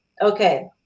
Okay